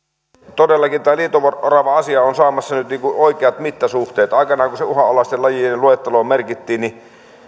todellakin tämä liito orava asia on saamassa nyt oikeat mittasuhteet aikanaan kun se uhanalaisten lajien luetteloon merkittiin niin